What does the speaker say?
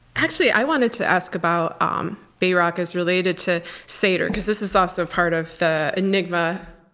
actually, i wanted to ask about um bayrock as related to sater, because this is also part of the enigma.